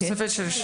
תוספת של 2 מיליון.